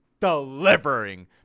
delivering